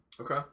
Okay